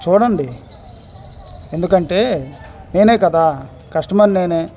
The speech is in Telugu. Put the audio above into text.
చూడండి ఎందుకంటే నేనే కదా కస్టమర్ నేనే